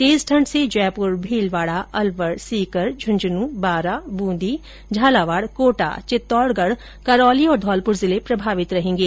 तेज ठण्ड से जयपुर भीलवाडा अलवर सीकर झुंझुनूं बारा बूंदी झालावाड कोटा चित्तौडगढ करौली और धौलपुर जिले प्रभावित रहेंगे